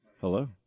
Hello